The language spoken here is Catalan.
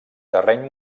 terreny